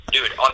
Dude